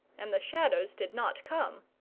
and the shadows did not come.